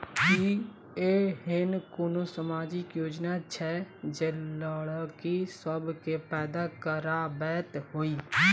की एहेन कोनो सामाजिक योजना छै जे लड़की सब केँ फैदा कराबैत होइ?